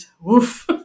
woof